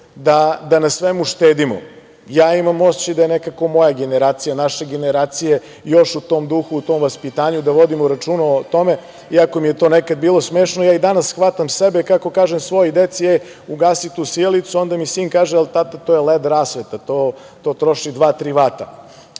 se na svemu štedimo. Ja imam osećaj da je nekako moja generacija, naša generacija još u tom duhu u tom vaspitanju, da vodimo računa o tome, iako mi je to nekad bilo smešno. Ja danas hvatam sebe, kako kažem svojoj deci – e, ugasi tu sijalicu. Onda mi sin kaže – ali tata to je led rasveta, to troši 2, 3 vata.